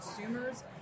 consumers